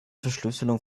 verschlüsselung